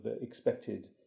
expected